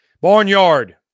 Barnyard